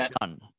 done